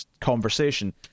conversation